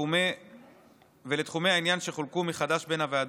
ולתחומי העניין שחולקו מחדש בין הוועדות.